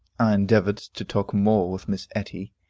i endeavored to talk more with miss etty,